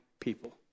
people